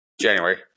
January